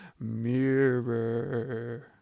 Mirror